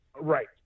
right